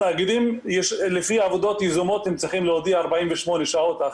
התאגידים לפני עבודות יזומות צריכים להודיע 48 שעות.